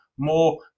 more